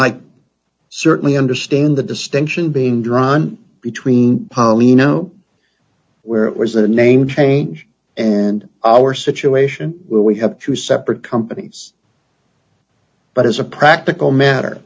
can certainly understand the distinction being drawn between poly know where it was a name change and our situation where we have to separate companies but as a practical matter